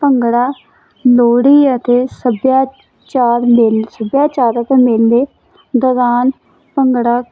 ਭੰਗੜਾ ਲੋਹੜੀ ਅਤੇ ਸੱਭਿਆਚਾਰ ਮੇਲ ਸਭਿਆਚਾਰਿਕ ਮੇਲੇ ਦੌਰਾਨ ਭੰਗੜਾ